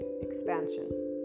expansion